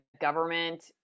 government